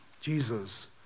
Jesus